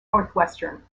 northwestern